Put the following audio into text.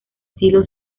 estilo